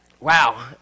wow